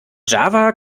java